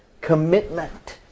commitment